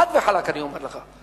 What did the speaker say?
חד וחלק אני אומר לך.